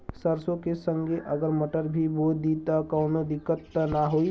सरसो के संगे अगर मटर भी बो दी त कवनो दिक्कत त ना होय?